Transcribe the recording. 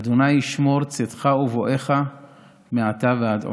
ה' ישמור צאתך ובואך מעתה ועד עולם".